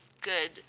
good